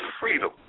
freedom